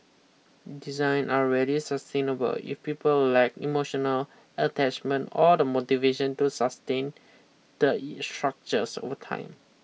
design are rarely sustainable if people lack emotional attachment or the motivation to sustain the structures over time